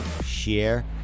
share